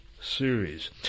series